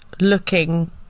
looking